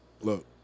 Look